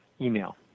email